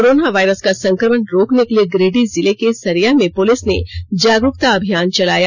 corona virus का संक्रमण रोकने के लिए गिरिडीह जिले के सरिया में पुलिस ने जागरूकता अभियान चलाया